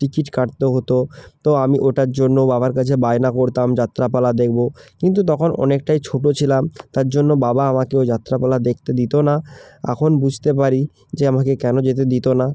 ticket কাটতে হতো তো আমি ওটার জন্য বাবার কাছে বায়না করতাম যাত্রাপালা দেখবো কিন্তু তখন অনেকটাই ছোটো ছিলাম তার জন্য বাবা আমাকে ওই যাত্রাপালা দেখতে দিতো না এখন বুঝতে পারি যে আমাকে কেন যেতে দিতো না